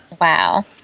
Wow